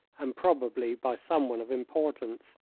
and probably by someone of importance.